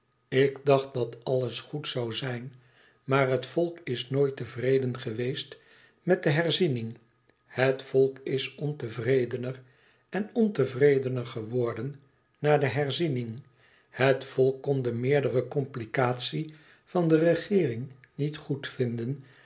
ik dacht dat alles goed zoû zijn maar het volk is nooit tevreden geweest met de herziening het volk is ontevredener en ontevredener geworden na de herziening het volk kon de meerdere elite van de regeering niet